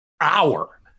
hour